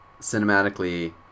cinematically